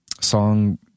song